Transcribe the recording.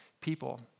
people